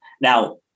Now